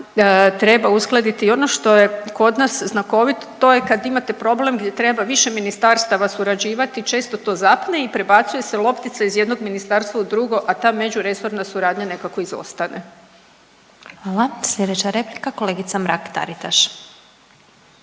treba uskladiti. I ono što je kod nas znakovito to je kad imate problem gdje treba više ministarstava surađivati, često to zapne i prebacuje se loptica iz jednog ministarstva u drugo, a ta međuresorna suradnja nekako izostane. **Glasovac, Sabina (SDP)** Hvala. Slijedeća replika kolegica Mrak-Taritaš.